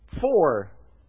four